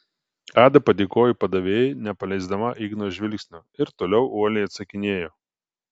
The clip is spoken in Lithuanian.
ada padėkojo padavėjai nepaleisdama igno žvilgsnio ir toliau uoliai atsakinėjo